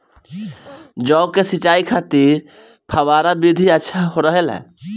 जौ के सिंचाई खातिर फव्वारा विधि अच्छा रहेला?